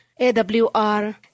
AWR